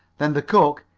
then the cook,